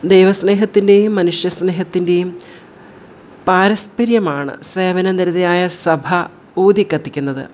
ദൈവസ്നേഹത്തിൻ്റെയും മനുഷ്യ സ്നേഹത്തിൻ്റെയും പാരസ്പര്യമാണ് സേവന നിരതയായ സഭ ഊതി കത്തിക്കുന്നത്